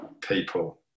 people